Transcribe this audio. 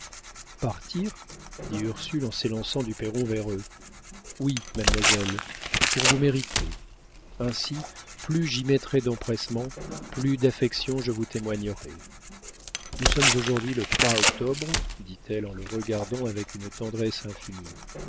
partir dit ursule en s'élançant du perron vers eux oui mademoiselle pour vous mériter ainsi plus j'y mettrai d'empressement plus d'affection je vous témoignerai nous sommes aujourd'hui le octobre dit-elle en le regardant avec une tendresse infinie